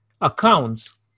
accounts